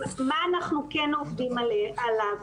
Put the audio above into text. מה אנחנו כן עובדים עליו?